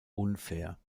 unfair